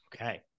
Okay